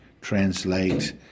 translate